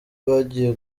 bagiye